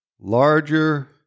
larger